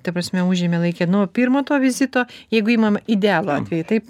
ta prasme užėmė laike nuo pirmo to vizito jeigu imam idealų atvejį taip